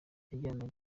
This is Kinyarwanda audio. yajyanye